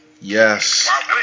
Yes